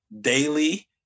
daily